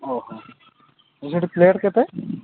ଓହୋ ସେଇଠି ପ୍ଲେଟ୍ କେତେ